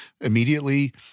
immediately